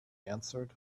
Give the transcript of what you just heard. answered